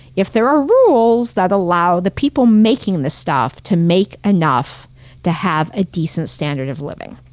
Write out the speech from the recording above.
if there are rules that allow the people making the stuff to make enough to have a decent standard of living.